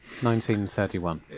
1931